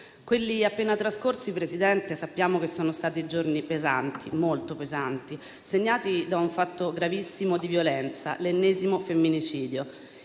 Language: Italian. Quelli appena trascorsi, signora Presidente, sappiamo che sono stati giorni davvero molto pesanti, segnati da un fatto gravissimo di violenza, l'ennesimo femminicidio,